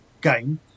game